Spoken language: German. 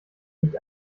nicht